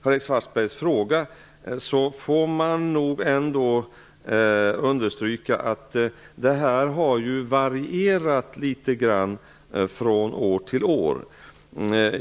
När det sedan gäller Karl-Erik Svartbergs fråga vill jag understryka att dessa siffror har varierat litet grand från år till år.